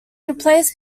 replaced